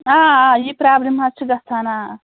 آ آ یہِ پرٛابلِم حَظ چھِ گژھان آ